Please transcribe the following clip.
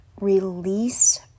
release